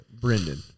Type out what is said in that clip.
Brendan